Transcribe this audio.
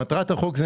מטרת החוק,